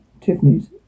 Tiffany's